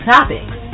Topics